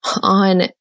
on